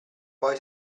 poi